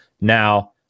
Now